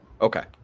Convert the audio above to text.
Okay